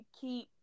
keep